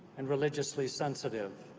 and religiously sensitive.